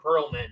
Perlman